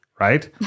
Right